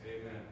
amen